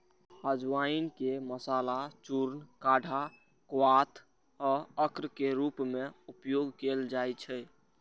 अजवाइन के मसाला, चूर्ण, काढ़ा, क्वाथ आ अर्क के रूप मे उपयोग कैल जाइ छै